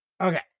Okay